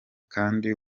kandi